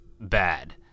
bad